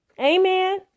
Amen